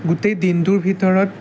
গোটেই দিনটোৰ ভিতৰত